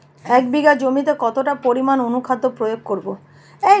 এক বিঘা জমিতে কতটা পরিমাণ অনুখাদ্য প্রয়োগ করব?